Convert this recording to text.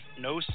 no